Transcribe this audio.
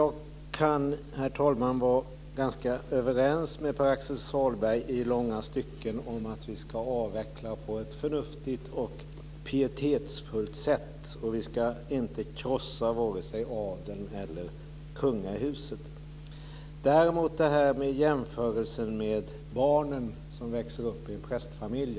Herr talman! Jag är ganska överens med Pär Axel Sahlberg i långa stycken om att vi ska avveckla på ett förnuftigt och pietetsfullt sätt. Vi ska inte krossa vare sig adeln eller kungahuset. Pär Axel Sahlberg gjorde en jämförelse med barn som växer upp i en prästfamilj.